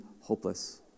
hopeless